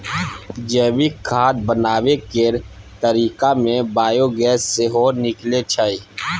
जैविक खाद बनाबै केर तरीका मे बायोगैस सेहो निकलै छै